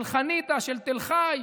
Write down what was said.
של חניתה, של תל חי.